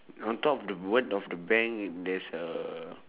on top of the word of the bank there's a